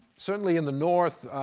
certainly in the north,